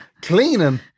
Cleaning